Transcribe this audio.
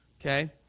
Okay